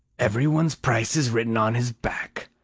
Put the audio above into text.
every one's price is written on his back,